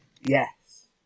Yes